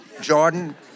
Jordan